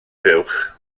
fuwch